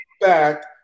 back